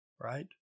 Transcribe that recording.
right